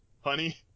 Honey